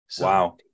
Wow